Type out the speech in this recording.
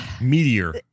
Meteor